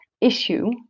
issue